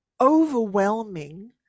overwhelming